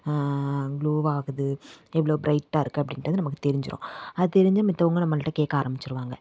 gloo ஆகுது எவ்வளோ பிரைட்டாக இருக்குது அப்படின்றது நமக்கு தெரிஞ்சுரும் அது தெரிஞ்சு மத்தவுங்க நம்மள்கிட்ட கேட்க ஆரம்பிச்சிருவாங்க